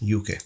UK